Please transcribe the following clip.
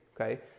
okay